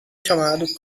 chamado